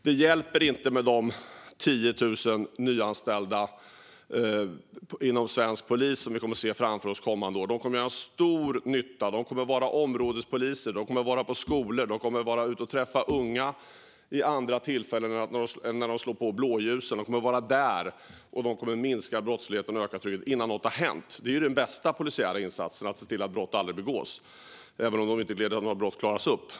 Det hjälper inte med de 10 000 nyanställda inom svensk polis som vi kommer att se kommande år. De kommer att göra stor nytta. De kommer att vara områdespoliser, de kommer att vara på skolor och de kommer att vara ute och träffa unga vid andra tillfällen än när de slår på blåljusen. De kommer att vara där, och de kommer att minska brottsligheten och öka tryggheten innan någonting har hänt. Den bästa polisiära insatsen är att se till att brott aldrig begås, även om det inte leder till att några brott klaras upp.